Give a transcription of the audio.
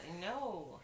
no